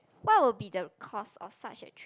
what will be the cost of such a trip